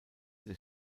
des